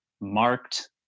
marked